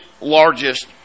largest